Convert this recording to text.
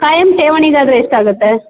ಖಾಯಂ ಠೇವಣಿಗಾದರೆ ಎಷ್ಟಾಗುತ್ತೆ